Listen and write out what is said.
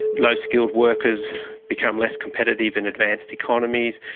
low skilled workers become less competitive in advanced economies,